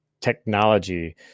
technology